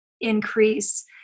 increase